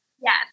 Yes